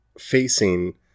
facing